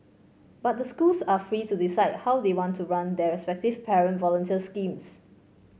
but the schools are free to decide how they want to run their respective parent volunteer schemes